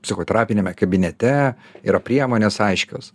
psichoterapiniame kabinete yra priemonės aiškios